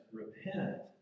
repent